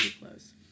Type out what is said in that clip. close